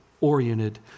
oriented